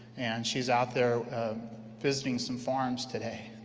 and she's out there visiting some farms today.